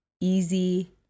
easy